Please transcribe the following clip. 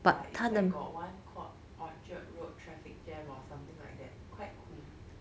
ya is like got one called orchard road traffic jam or something like that quite cool